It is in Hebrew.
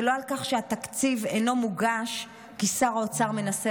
ולא על כך שהתקציב אינו מוגש כי שר האוצר מנסה